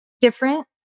different